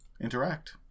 interact